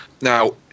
Now